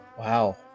Wow